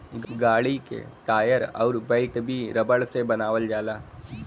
गाड़ी क टायर अउर बेल्ट भी रबर से बनावल जाला